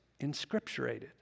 inscripturated